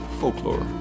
Folklore